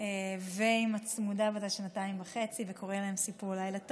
ועם הצמודה בת השנתיים וחצי וקורא להן סיפור לילה טוב,